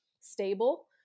stable